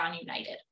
United